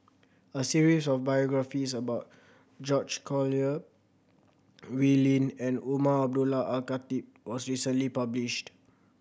a series of biographies about George Collyer Wee Lin and Umar Abdullah Al Khatib was recently published